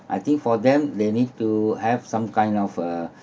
I think for them they need to have some kind of a